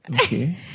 Okay